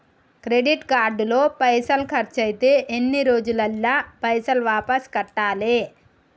Credit card లో పైసల్ ఖర్చయితే ఎన్ని రోజులల్ల పైసల్ వాపస్ కట్టాలే?